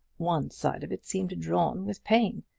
one side of it seemed drawn with pain.